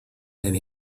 and